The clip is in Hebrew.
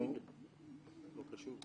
אנחנו